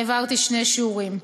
העברתי שני שיעורים.